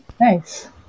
Nice